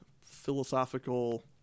philosophical